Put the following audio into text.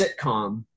sitcom